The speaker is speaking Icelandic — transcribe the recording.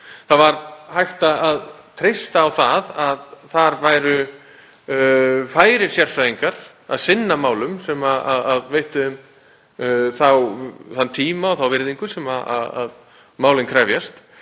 Það var hægt að treysta á að þar væru færir sérfræðingar að sinna málum sem veittu fólki þann tíma og þá virðingu sem málin krefjast.